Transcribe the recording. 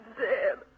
dead